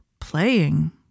playing